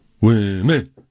Women